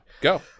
Go